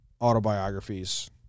Autobiographies